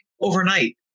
overnight